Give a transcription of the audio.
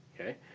Okay